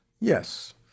Yes